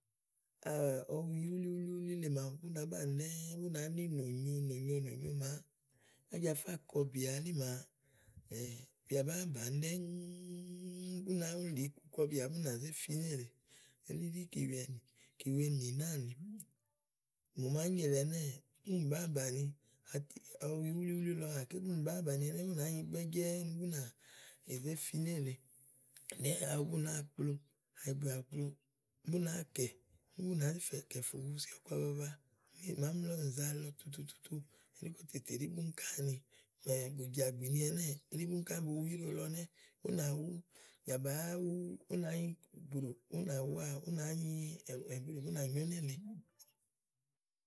ɔwi wúlí wúlí wúlí le màawu, bú nàá banìià ɖɛ́ɛ́ bù nàá ni nò nyo bú nàá ni nònyo nònyo nònyo màa Ájafá kɔ̀ɔbìà elí màa bìà bàáa bàni ɖɛ́ŋúú, ú nàáwulì náàni. mòo màa ányi èle ɛnɛ́ɛ̀, búni bàáa bàni ɔwi wulíwulí lɔ gàké búni bàáa bàni ɖɛ́ɛ́ ú nàá nyi gbɛ́jɛ́ɛ́, ezefi nélèe, gàké awu bú náa kplo, kàɖi bìà bù kplo, bú náa kɛ̀, úni bú nàá zi kɛ̀ fò wusi ɔku baba. kímàámi lɔ nìza tutututu elí kòtè ɖi búni ká àni. Bùjàgbìnì ɛnɛ́ɛ̀ eli búni ká bo wu íɖo lɔ ɛnɛ́ búnà wù ù nàá nyi tòɖòo bú nà wúà elí bú nà nyò nélèe.